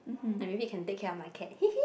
ya maybe you can take care of my cat hehe